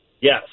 Yes